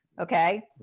okay